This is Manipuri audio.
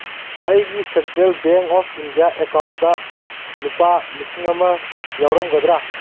ꯑꯩꯒꯤ central bank of India account ꯂꯨꯄꯥ ꯂꯤꯁꯤꯡ ꯑꯝ ꯌꯥꯎꯔꯝꯒꯗ꯭ꯔꯥ